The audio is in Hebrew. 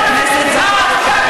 חבר הכנסת זחאלקה,